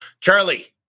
Charlie